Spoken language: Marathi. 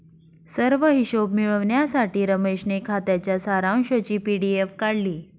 सर्व हिशोब मिळविण्यासाठी रमेशने खात्याच्या सारांशची पी.डी.एफ काढली